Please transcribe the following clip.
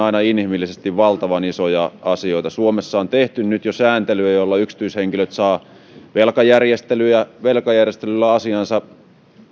aina inhimillisesti valtavan isoja asioita suomessa on tehty nyt jo sääntelyä jolla yksityishenkilöt saavat velkajärjestelyjä ja velkajärjestelyllä asiansa